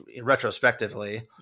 retrospectively